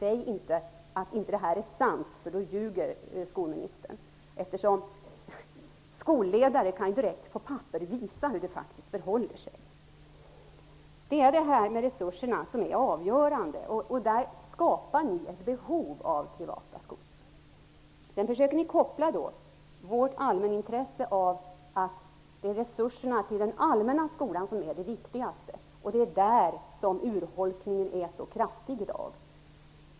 Säg inte att detta inte är sant, för då ljuger skolministern. Skolledare kan direkt på papperet visa hur det förhåller sig. Det är resurserna som är avgörande, och med hjälp av dem skapar ni ett behov av privata skolor. Ni försöker sedan koppla an till vårt allmänintresse av att resurserna till den allmänna skolan är det viktigaste, den skolform där urholkningen i dag är så kraftig.